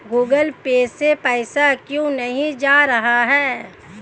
Google Pay से पैसा क्यों नहीं जा रहा है?